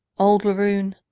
old laroon,